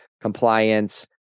compliance